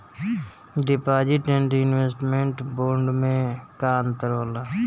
Deposit and investment bond मे का अंतर होला?